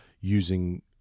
using